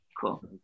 Cool